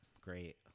great